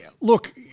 look